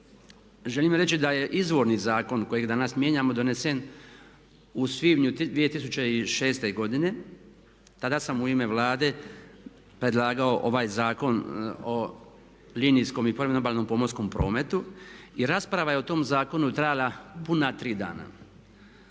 želim reći da je izvorni zakon kojeg danas mijenjamo donesen u svibnju 2006. godine. Tada sam u ime Vlade predlagao ovaj Zakon o linijskom i priobalnom pomorskom prometu i rasprava je o tom zakonu trajala puna tri dana.